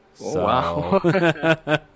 Wow